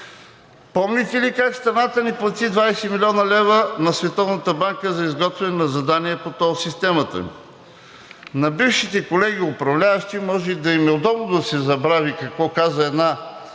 Помните ли как страната ни плати 20 млн. лв. на Световната банка за изготвяне на задание по тол системата? На бившите колеги управляващи може и да им е удобно да се забрави какво каза една